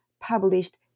published